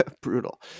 brutal